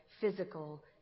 physical